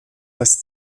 das